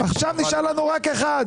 עכשיו נשאר לנו רק אחד.